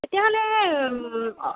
তেতিয়াহ'লে অঁ